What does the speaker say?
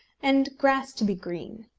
and grass to be green.